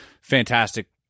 fantastic